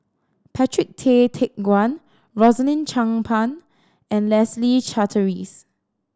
Patrick Tay Teck Guan Rosaline Chan Pang and Leslie Charteris